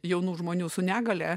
jaunų žmonių su negalia